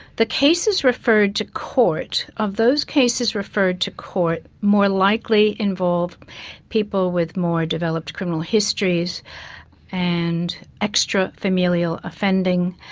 the cases referred to court, of those cases referred to court, more likely involve people with more developed criminal histories and extra-familial offending.